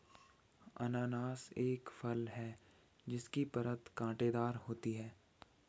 अनन्नास एक फल है जिसकी परत कांटेदार होती है